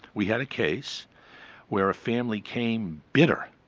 we had a case where a family came, bitter,